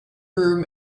room